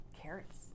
Carrots